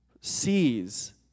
sees